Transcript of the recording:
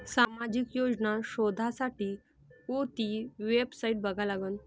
सामाजिक योजना शोधासाठी कोंती वेबसाईट बघा लागन?